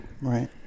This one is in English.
right